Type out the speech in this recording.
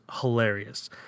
hilarious